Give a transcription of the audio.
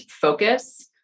focus